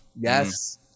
Yes